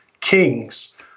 kings